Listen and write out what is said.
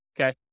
Okay